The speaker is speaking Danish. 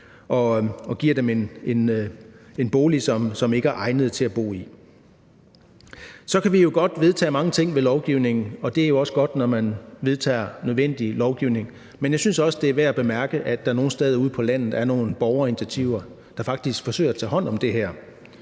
og giver dem en bolig, som ikke er egnet til at bo i. Vi kan jo godt vedtage mange ting gennem lovgivning, og det er også godt, når man vedtager nødvendig lovgivning. Men jeg synes også, det er værd at bemærke, at der nogle steder ude på landet er nogle borgerinitiativer, som faktisk forsøger at tage hånd om det.